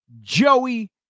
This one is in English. Joey